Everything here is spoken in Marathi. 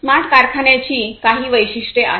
स्मार्ट कारखान्यांची काही वैशिष्ट्ये आहेत